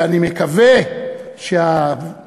אני מקווה שהלובי,